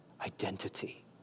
identity